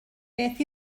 beth